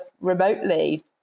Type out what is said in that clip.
remotely